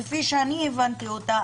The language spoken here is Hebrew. כפי שאני הבנתי אותה,